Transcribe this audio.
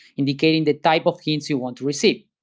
indicating the type of things you want to receive,